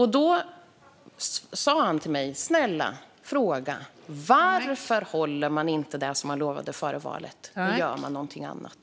Han sa till mig: Snälla, fråga dem varför de inte håller vad de lovade före valet utan gör något annat!